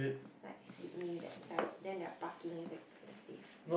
like Sydney that side then their parking is expensive